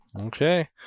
Okay